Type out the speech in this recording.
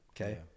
Okay